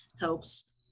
helps